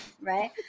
right